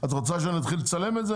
את רוצה שאתחיל לצלם את זה?